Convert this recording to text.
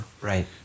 right